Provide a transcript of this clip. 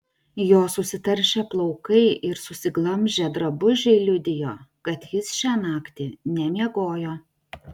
jo susitaršę plaukai ir susiglamžę drabužiai liudijo kad jis šią naktį nemiegojo